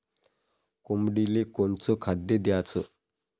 कोंबडीले कोनच खाद्य द्याच?